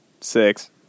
Six